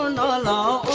la la